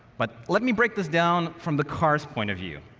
but let me break this down from the car's point of view.